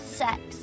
sex